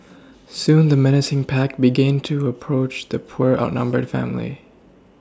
soon the menacing pack began to approach the poor outnumbered family